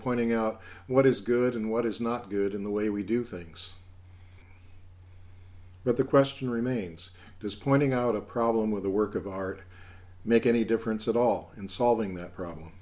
pointing out what is good and what is not good in the way we do things but the question remains does pointing out a problem with the work of art make any difference at all in solving that problem